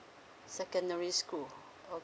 secondary school